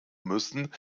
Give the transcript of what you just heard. müssen